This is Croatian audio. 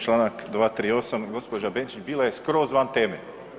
Članak 238., gospođa Benčić bila je skroz van teme.